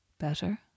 Better